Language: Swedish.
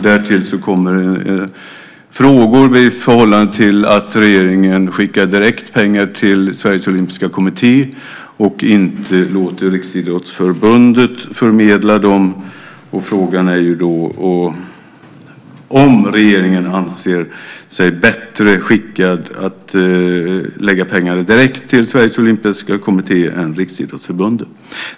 Därtill kommer frågor i förhållande till att regeringen skickar pengar direkt till Sveriges Olympiska Kommitté och inte låter Riksidrottsförbundet förmedla dem. Frågan är om regeringen anser sig bättre skickad att lägga pengarna direkt till Sveriges Olympiska Kommitté än Riksidrottsförbundet.